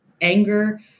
anger